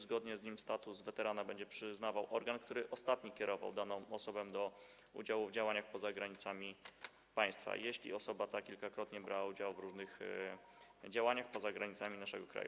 Zgodnie z nim status weterana będzie przyznawał organ, który ostatni kierował daną osobę do udziału w działaniach poza granicami państwa, jeśli ta osoba kilkakrotnie brała udział w różnych działaniach poza granicami naszego kraju.